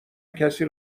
کسی